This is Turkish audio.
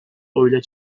oyla